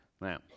Now